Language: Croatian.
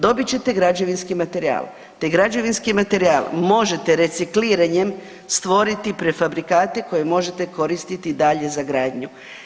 Dobit ćete građevinski materijal, taj građevinski materijal možete recikliranjem stvoriti prefabrikate koje možete koristiti dalje za gradnju.